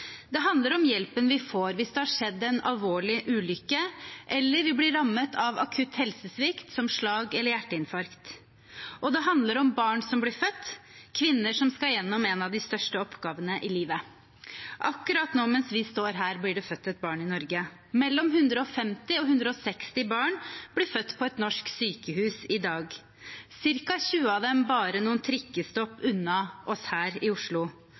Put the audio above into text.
Det handler om hjelpen vi får hvis det har skjedd en alvorlig ulykke, eller vi blir rammet av akutt helsesvikt, som slag eller hjerteinfarkt. Og det handler om barn som blir født, om kvinner som skal gjennom en av de største oppgavene i livet. Akkurat nå, mens vi står her, blir det født et barn i Norge. Mellom 150 og 160 barn blir født på et norsk sykehus i dag, ca. 20 av dem bare noen trikkestopp unna oss her i Oslo.